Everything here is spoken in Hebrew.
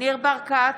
ניר ברקת,